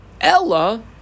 Ella